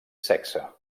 sexe